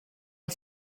una